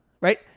right